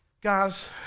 guys